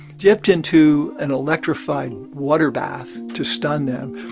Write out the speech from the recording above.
dipped into an electrified water bath to stun them.